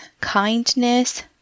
kindness